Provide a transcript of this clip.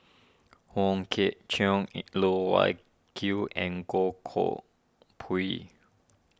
Wong Kwei Cheong Loh Wai Kiew and Goh Koh Pui